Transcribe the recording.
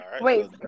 Wait